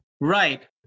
Right